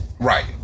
Right